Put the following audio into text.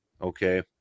okay